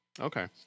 Okay